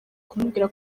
kumubwira